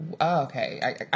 Okay